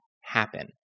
happen